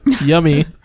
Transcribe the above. Yummy